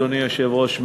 אדוני היושב-ראש,